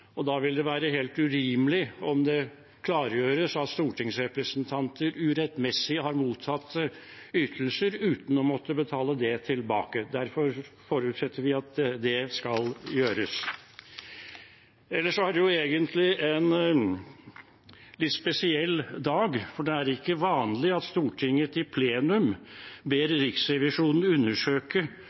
Da vil det være helt urimelig om det klargjøres at stortingsrepresentanter urettmessig har mottatt ytelser uten å måtte betale det tilbake. Derfor forutsetter vi at det skal gjøres. Ellers er det egentlig en litt spesiell dag, for det er ikke vanlig at Stortinget i plenum ber Riksrevisjonen undersøke